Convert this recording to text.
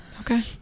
Okay